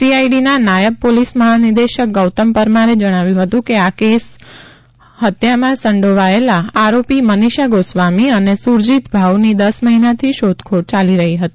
સીઆઈડીના નાયબ પોલીસ મહાનિદેશક ગૌતમ પરમારે જણાવ્યું હતું આ કેસ હત્યામાં સંડોવાયેલા આરોપી મનીષા ગોસ્વામી અને સુરજીત ભાઉની દસ મહિનાથી શોધખોળ ચાલી રહી હતી